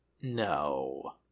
No